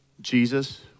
Jesus